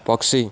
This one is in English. poxy